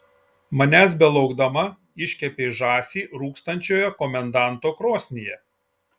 manęs belaukdama iškepei žąsį rūkstančioje komendanto krosnyje